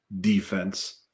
defense